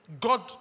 God